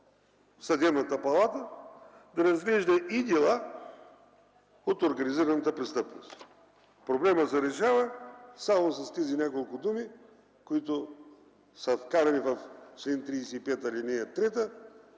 Съдебната палата да разглежда и дела от организираната престъпност. Проблемът се решава само с тези няколко думи, които са вкарани в чл. 35, ал. 3